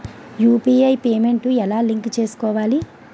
UPI payment ఎలా link చేసుకోవాలి?